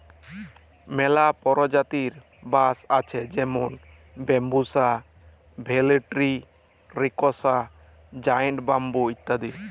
ম্যালা পরজাতির বাঁশ আছে যেমল ব্যাম্বুসা ভেলটিরিকসা, জায়েল্ট ব্যাম্বু ইত্যাদি